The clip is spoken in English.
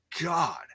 God